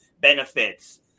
benefits